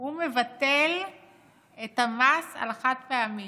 הוא מבטל את המס על החד-פעמי,